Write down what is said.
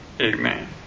Amen